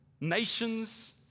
Nations